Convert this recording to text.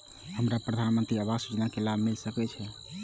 हमरा प्रधानमंत्री आवास योजना के लाभ मिल सके छे?